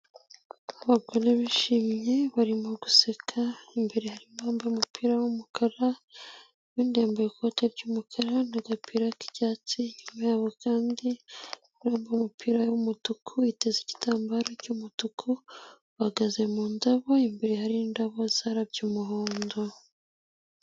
Abagore bishimye barimo guseka, imbere harimo uwambaye umupira w'umukara uwundi yambaye ikoti ry'umukara n'agapira kicyatsi, inyuma yabo kandi harundi wambaye umupira w'umutuku yiteze igitambaro cy'umutuku uhagaze mu ndabo imbere hari indabo zarabye umuhondo.